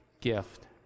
gift